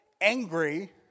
angry